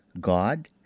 God